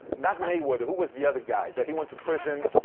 not mayweather. who was the other guy? that he went to prison.